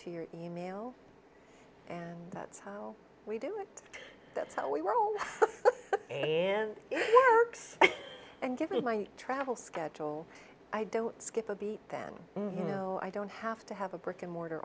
to your e mail and that's how we do it that's how we roll and give me my travel schedule i don't skip a beat then you know i don't have to have a brick and mortar